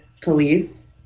police